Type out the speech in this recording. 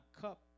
cup